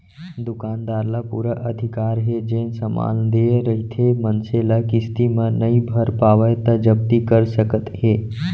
दुकानदार ल पुरा अधिकार हे जेन समान देय रहिथे मनसे ल किस्ती म नइ भर पावय त जब्ती कर सकत हे